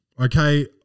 okay